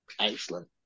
Excellent